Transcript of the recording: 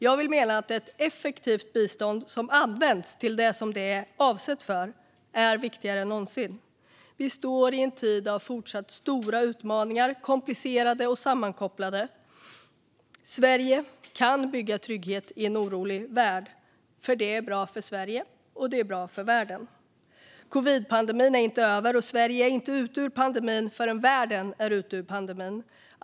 Jag vill mena att ett effektivt bistånd som används till det som det är avsett för är viktigare än någonsin. Vi befinner oss i en tid av fortsatt stora utmaningar som är komplicerade och sammankopplade. Sverige kan bygga trygghet i en orolig värld, för det är bra för Sverige och bra för världen. Covidpandemin är inte över, och Sverige är inte ute ur pandemin förrän världen är ute ur pandemin.